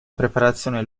preparazione